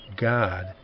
God